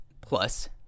plus